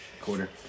quarter